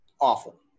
awful